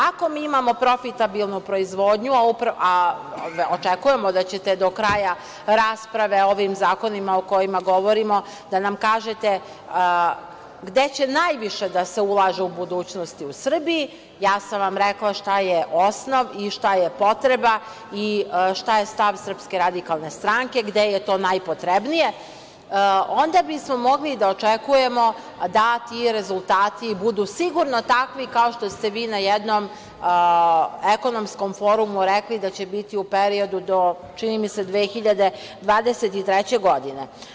Ako mi imamo profitabilnu proizvodnju, a očekujemo da ćete do kraja rasprave ovim zakonima o kojima govorimo da nam kažete gde će najviše da se ulaže u budućnosti u Srbiji, ja sam vam rekla šta je osnov i šta je potreba i šta je stav SRS, gde je to najpotrebnije, onda bismo mogli da očekujemo da ti rezultati budu sigurno takvi kao što ste vi na jednom ekonomskom forumu rekli da će biti u periodu do, čini mi se do 2023. godine.